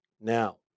Now